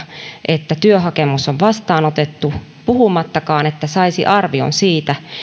että työhakemus on vastaanotettu puhumattakaan että saisi arvion siitä